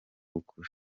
ukuri